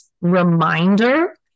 reminder